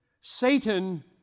Satan